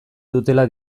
dutela